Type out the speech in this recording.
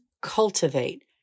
cultivate